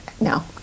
No